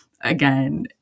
again